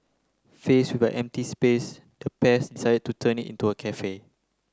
faced with an empty space the pairs decided to turn it into a cafe